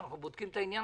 אלא תגידי: